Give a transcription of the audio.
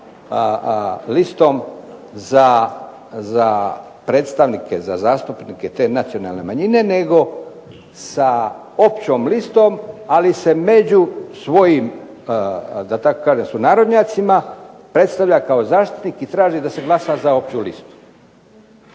listom za predstavnike, za zastupnike te nacionalne manjine nego sa općom listom ali se među svojim sunarodnjacima predstavlja kao zaštitnik i traži da se glasa za opću listu,